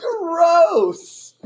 Gross